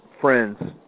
friends